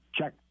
check